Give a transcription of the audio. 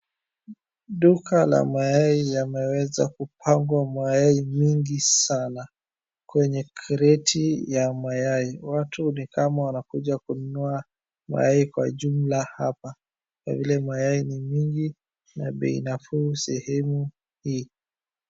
Duka la mayai yamewezwa kupangwa mayai mingi sana kwenye kreti ya mayai. Watu ni kama wanakuja kununua mayai kwa jumla hapa kwa vile mayai ni mingi na bei nafuu sehemu hii.